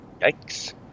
Yikes